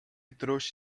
trouxe